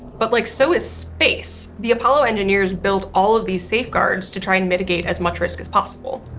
but like so is space. the apollo engineer's built all of these safeguards to try and mitigate as much risk as possible.